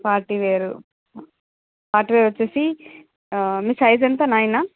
party wear party wear వచ్చేసి మీ size ఎంతా నైనా